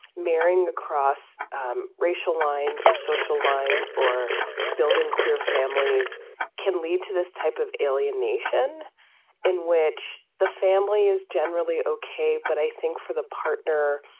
marrying across racial lines or social lines or building queer families can lead to this type of alienation in which the family is generally ok. but i think for the partner,